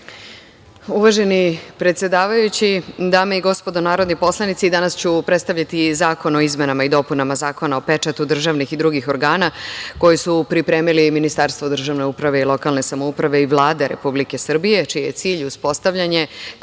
Uvaženi predsedavajući, dame i gospodo narodni poslanici, danas ću predstavljati zakon o izmenama i dopunama Zakona o pečatu državnih i drugih organa koji su pripremili Ministarstvo državne uprave i lokalne samouprave i Vlada Republike Srbije čiji je cilj uspostavljanje